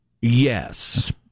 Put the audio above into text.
Yes